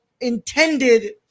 intended